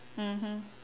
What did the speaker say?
mmhmm